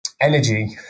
energy